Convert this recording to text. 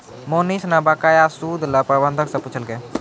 मोहनीश न बकाया सूद ल प्रबंधक स पूछलकै